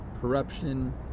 corruption